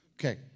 Okay